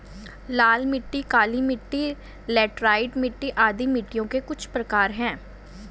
लाल मिट्टी, काली मिटटी, लैटराइट मिट्टी आदि मिट्टियों के कुछ प्रकार है